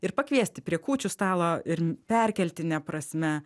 ir pakviesti prie kūčių stalo ir perkeltine prasme